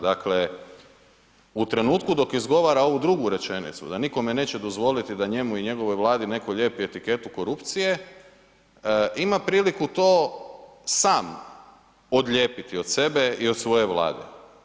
Dakle u trenutku dok izgovara ovu drugu rečenicu da nikome neće dozvoliti da njemu i njegovoj Vladi netko lijepi etiketu korupcije ima priliku to sam odlijepiti od sebe i od svoje Vlade.